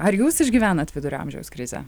ar jūs išgyvenat vidurio amžiaus krizę